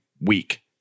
week